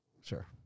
Sure